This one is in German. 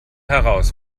heraus